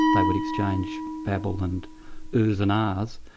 they would exchange babble and oohs and aahs